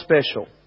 special